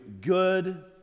good